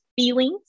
feelings